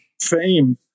fame